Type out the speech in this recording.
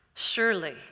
Surely